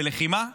בלחימה עבורנו,